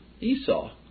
Esau